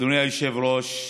אדוני היושב-ראש,